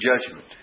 judgment